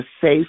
safe